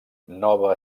nova